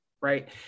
Right